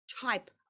type